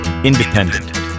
Independent